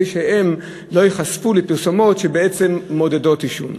שהם לא ייחשפו לפרסומות שמעודדות עישון.